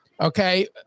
Okay